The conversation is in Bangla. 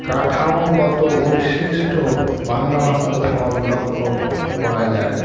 কাঠামোগত বৈশিষ্ট্য বাংলা ভাষার প্রভাব লক্ষ্য করা যায়